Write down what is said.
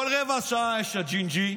כל רבע שעה יש את הג'ינג'י,